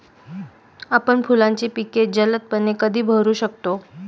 आपण फुलांची पिके जलदपणे कधी बहरू शकतो?